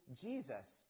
Jesus